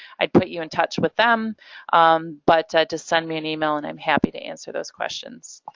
i'd put you in touch with them but to send me an email and i'm happy to answer those questions.